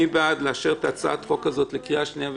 מי בעד לאשר את הצעת החוק הזאת לקריאה שנייה ושלישית?